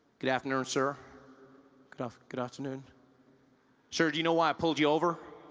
good afternoon sir good ah good afternoon sir do you know why i pulled you over?